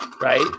right